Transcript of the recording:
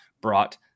brought